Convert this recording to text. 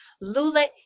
Lula